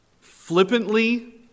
flippantly